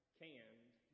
canned